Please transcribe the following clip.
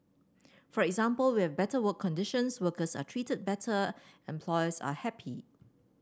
for example we have better work conditions workers are treated better employers are happy